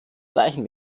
erreichen